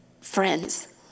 friends